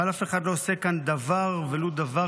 אבל אף אחד לא עושה כאן דבר ולו דבר